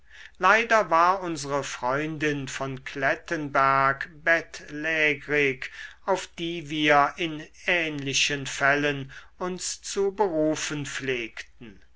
leider war unsere freundin von klettenberg bettlägrig auf die wir in ähnlichen fällen uns zu berufen pflegten